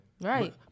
right